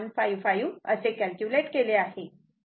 155 असे कॅल्क्युलेट केले आहे